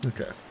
Okay